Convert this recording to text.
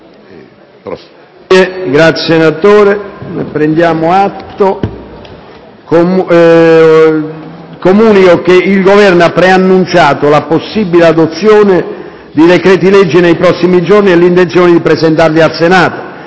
apre una nuova finestra"). Comunico che il Governo ha preannunciato la possibile adozione di decreti-legge nei prossimi giorni e l'intenzione di presentarli in Senato.